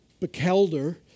Bekelder